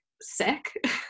sick